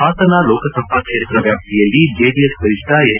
ಪಾಸನ ಲೋಕಸಭಾ ಕ್ಷೇತ್ರ ವ್ಯಾಪ್ತಿಯಲ್ಲಿ ಜೆಡಿಎಸ್ ವರಿಷ್ಠ ಎಚ್